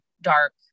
dark